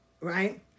right